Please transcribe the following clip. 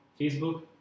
Facebook